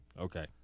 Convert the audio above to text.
Okay